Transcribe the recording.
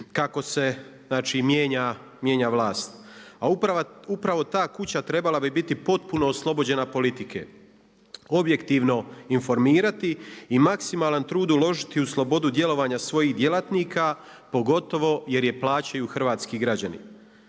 kako se mijenja vlast. A upravo ta kuća trebala bi biti potpuno oslobođena od politike, objektivno informirati i maksimalan trud uložiti u slobodu djelovanja svojih djelatnika pogotovo jer je plaćaju hrvatski građani.